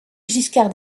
giscard